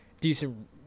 decent